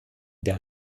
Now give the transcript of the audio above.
der